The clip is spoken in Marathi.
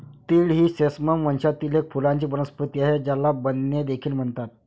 तीळ ही सेसमम वंशातील एक फुलांची वनस्पती आहे, ज्याला बेन्ने देखील म्हणतात